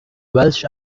welsh